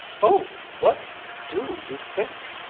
oh what do you think!